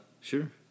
Sure